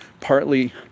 partly